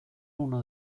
uno